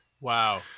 Wow